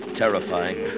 terrifying